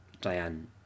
Diane